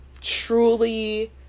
truly